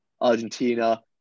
Argentina